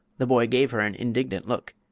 the boy gave her an indignant look.